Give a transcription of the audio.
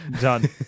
done